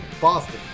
Boston